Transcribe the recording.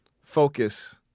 focus